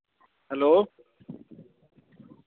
hello